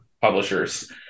publishers